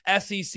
SEC